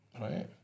right